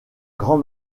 grand